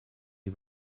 est